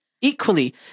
equally